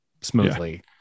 smoothly